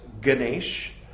Ganesh